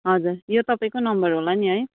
हजुर यो तपाईँकै नम्बर होला नि है